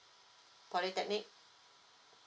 polytechnic